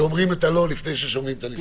שאומרים את הלא לפני ששומעים את הניסוח.